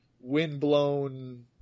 windblown